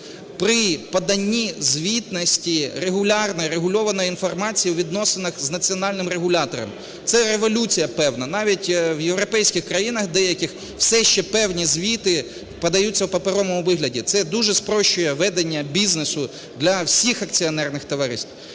при поданні звітності регулярної регульованої інформації у відносинах з Національним регулятором. Це революція певна. Навіть у європейських країнах деяких все ще певні звіти подаються в паперовому вигляді, це дуже спрощує ведення бізнесу для всіх акціонерних товариств.